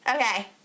Okay